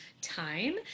time